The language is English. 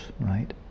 right